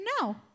no